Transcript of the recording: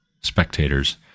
spectators